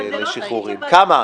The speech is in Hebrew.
כמה?